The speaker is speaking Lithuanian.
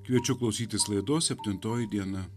kviečiu klausytis laidos septintoji diena